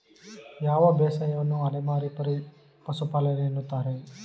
ಯಾವ ಬೇಸಾಯವನ್ನು ಅಲೆಮಾರಿ ಪಶುಪಾಲನೆ ಎನ್ನುತ್ತಾರೆ?